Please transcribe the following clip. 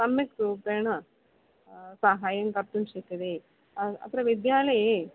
सम्यक् रूपेण सहाय्यं कर्तुं शक्यते अत्र विद्यालये